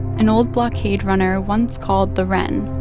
an old blockade runner once called the wren.